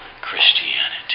Christianity